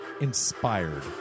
inspired